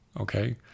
okay